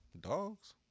Dogs